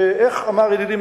איך אמר ידידי,